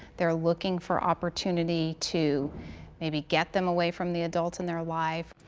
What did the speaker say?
they're looking for opportunity to maybe get them away from the adults in their life.